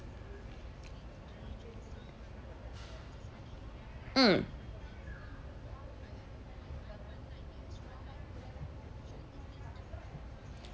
mm